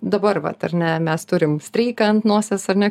dabar vat ar ne mes turim streiką ant nosies ar ne